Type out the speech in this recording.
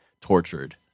tortured